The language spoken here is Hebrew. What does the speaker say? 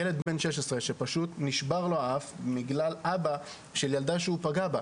ילד בן 16 שפשוט נשבר לו האף בגלל אבא של ילדה שהוא פגע בה.